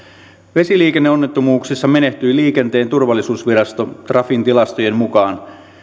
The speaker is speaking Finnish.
vesiliikenneonnettomuuksissa menehtyi liikenteen turvallisuusvirasto trafin tilastojen mukaan